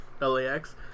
LAX